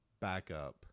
backup